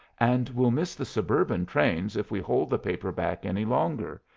and we'll miss the suburban trains if we hold the paper back any longer.